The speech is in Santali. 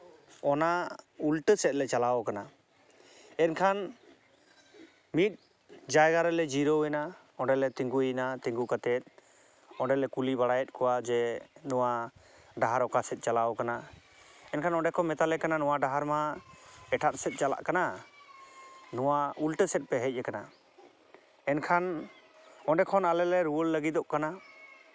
ᱚᱱᱟ ᱩᱞᱴᱟᱹ ᱥᱮᱫ ᱞᱮ ᱪᱟᱞᱟᱣ ᱠᱟᱱᱟ ᱮᱱᱠᱷᱟᱱ ᱢᱤᱫ ᱡᱟᱭᱜᱟ ᱨᱮᱞᱮ ᱡᱤᱨᱟᱹᱣ ᱮᱱᱟ ᱚᱸᱰᱮᱞᱮ ᱛᱤᱸᱜᱩᱭᱮᱱᱟ ᱛᱤᱸᱜᱩ ᱠᱟᱛᱮᱫ ᱚᱸᱰᱮᱞᱮ ᱠᱩᱞᱤ ᱵᱟᱲᱟᱭᱮᱫ ᱠᱚᱣᱟ ᱡᱮ ᱱᱚᱣᱟ ᱰᱟᱦᱟᱨ ᱚᱠᱟ ᱥᱮᱫ ᱪᱟᱞᱟᱣ ᱠᱟᱱᱟ ᱢᱮᱱᱠᱷᱟᱱ ᱚᱸᱰᱮ ᱠᱚ ᱢᱮᱛᱟᱞᱮ ᱠᱟᱱᱟ ᱱᱚᱣᱟ ᱰᱟᱦᱟᱨ ᱢᱟ ᱮᱴᱟᱜ ᱥᱮᱫ ᱪᱟᱞᱟᱜ ᱠᱟᱱᱟ ᱱᱚᱣᱟ ᱩᱞᱴᱟᱹ ᱥᱮᱫ ᱛᱮ ᱦᱮᱡ ᱠᱟᱱᱟ ᱮᱱᱠᱷᱟᱱ ᱚᱸᱰᱮ ᱠᱷᱚᱱ ᱟᱞᱮ ᱞᱮ ᱨᱩᱣᱟᱹᱲ ᱞᱟᱹᱜᱤᱫᱚᱜ ᱠᱟᱱᱟ